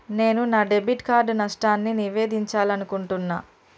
నేను నా debit card నష్టాన్ని నివేదించాలనుకుంటున్నా